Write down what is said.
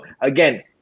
Again